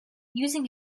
using